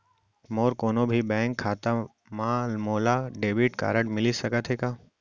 मोर कोनो भी बैंक खाता मा मोला डेबिट कारड मिलिस सकत हे का?